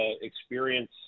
experience